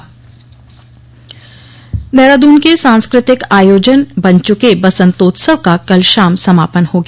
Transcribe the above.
समापन देहराद्न के सांस्कृतिक आयोजन बन चुके बसंतोत्सव का कल शाम समापन हो गया